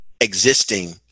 existing